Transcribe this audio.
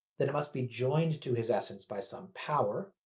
then it must be joined to his essence by some power,